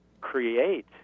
create